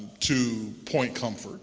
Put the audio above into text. to point comfort